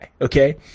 okay